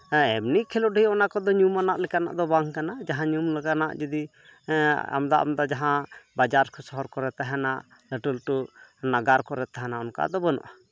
ᱦᱮᱸ ᱮᱢᱱᱤ ᱠᱷᱮᱞᱳᱰ ᱰᱟᱹᱦᱤ ᱚᱱᱟ ᱠᱚᱫᱚ ᱧᱩᱢᱟᱱᱟᱜ ᱞᱮᱠᱟᱱᱟᱜ ᱫᱚ ᱵᱟᱝ ᱠᱟᱱᱟ ᱡᱟᱦᱟᱸ ᱧᱩᱢ ᱞᱮᱠᱟᱱᱟᱜ ᱡᱩᱫᱤ ᱟᱢᱫᱟ ᱟᱢᱫᱟ ᱡᱟᱦᱟᱸ ᱵᱟᱡᱟᱨ ᱥᱚᱦᱚᱨ ᱠᱚᱨᱮ ᱛᱟᱦᱮᱱᱟ ᱞᱟᱹᱴᱩ ᱞᱟᱹᱴᱩ ᱱᱟᱜᱟᱨ ᱠᱚᱨᱮ ᱛᱟᱦᱮᱱᱟ ᱚᱱᱠᱟ ᱫᱚ ᱵᱟᱹᱱᱩᱜᱼᱟ